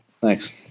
thanks